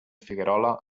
figuerola